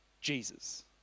Jesus